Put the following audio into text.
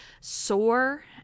sore